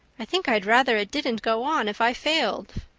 i think i'd rather it didn't go on if i failed!